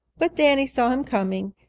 but danny saw him coming,